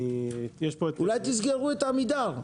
אולי תסגרו את עמידר,